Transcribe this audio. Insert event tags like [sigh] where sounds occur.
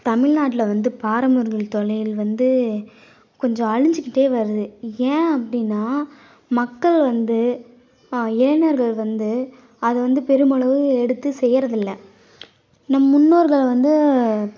தமிழ்நாட்டில் வந்து [unintelligible] தொழில் வந்து கொஞ்சம் அழிஞ்சுக்கிட்டே வருது ஏன் அப்படின்னா மக்கள் வந்து ஆ இளைஞர்கள் வந்து அது வந்து பெரும் அளவு எடுத்து செய்யறதில்லை நம் முன்னோர்களை வந்து